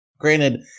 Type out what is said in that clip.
Granted